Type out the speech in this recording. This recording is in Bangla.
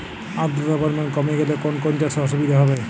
আদ্রতার পরিমাণ কমে গেলে কোন কোন চাষে অসুবিধে হবে?